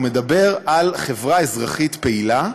הוא מדבר על חברה אזרחית פעילה,